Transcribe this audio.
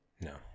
no